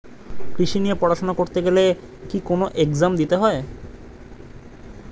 কৃষি নিয়ে পড়াশোনা করতে গেলে কি কোন এগজাম দিতে হয়?